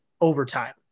overtime